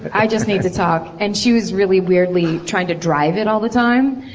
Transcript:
but i just need to talk. and she was really weirdly trying to drive it all the time.